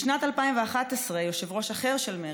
בשנת 2011 יושב-ראש אחר של מרצ,